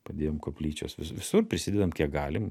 padėjom koplyčios vis visur prisidedam kiek galim